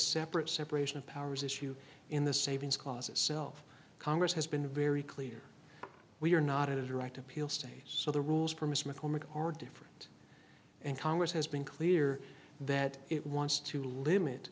separate separation of powers issue in the savings clauses self congress has been very clear we are not a direct appeal stage so the rules permits maccormack are different and congress has been clear that it wants to limit